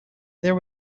there